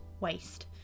waste